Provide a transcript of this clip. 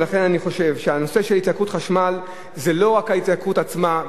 ולכן אני חושב שהנושא של התייקרות החשמל זה לא רק ההתייקרות עצמה,